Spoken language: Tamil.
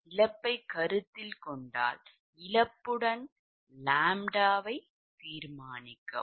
இழப்பைக் கருத்தில் கொண்டால் இழப்புடன் ʎ ஐ தீர்மானிக்கவும்